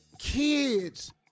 Kids